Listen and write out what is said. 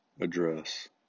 address